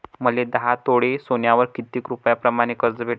मले दहा तोळे सोन्यावर कितीक रुपया प्रमाण कर्ज भेटन?